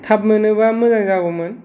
थाब मोनोबा मोजां जागौमोन